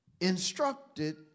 Instructed